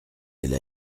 elle